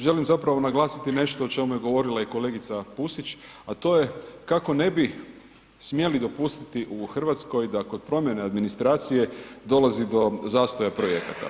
Želim zapravo naglasiti nešto o čemu je govorila i kolegica Pusić, a to je kako ne bi smjeli dopustiti u Hrvatskoj da kod promjene administracije dolazi do zastoja projekata.